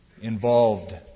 involved